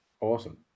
awesome